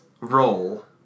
roll